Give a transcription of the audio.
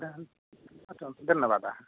धन्यवादाः